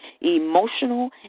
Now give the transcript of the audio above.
emotional